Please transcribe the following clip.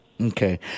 Okay